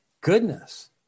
goodness